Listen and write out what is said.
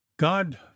God